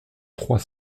trois